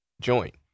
joint